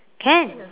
can